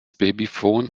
babyphon